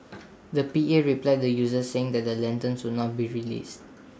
the P A replied the users saying that the lanterns would not be released